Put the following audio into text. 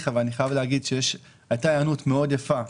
אבל אני חייב להגיד שהייתה היענות יפה מאוד.